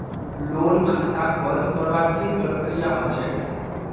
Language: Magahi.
लोन खाताक बंद करवार की प्रकिया ह छेक